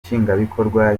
nshingwabikorwa